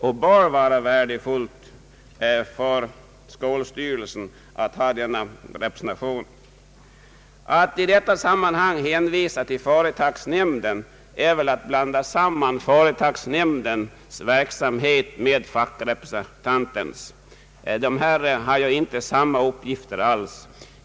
Det bör vara en stor tillgång för skolstyrelsen att ha denna representation. Att i detta sammanhang hänvisa till företagsnämnden är väl att blanda samman företagsnämndens verksamhet med fackrepresentantens. De har ju inte samma uppgifter.